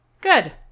Good